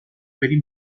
بریم